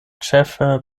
ĉefe